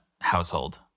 household